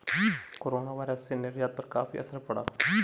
coronavirus से निर्यात पर काफी असर पड़ा